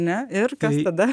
ne ir kas tada